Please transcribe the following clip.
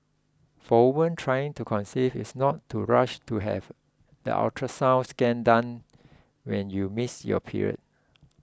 for women trying to conceive is not to rush to have the ultrasound scan done when you miss your period